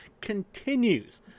continues